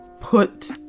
put